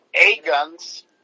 A-guns